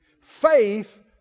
Faith